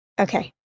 okay